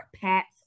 Pats